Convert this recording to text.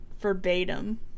verbatim